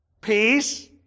peace